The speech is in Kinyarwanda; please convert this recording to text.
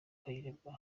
kayirebwa